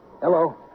Hello